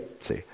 see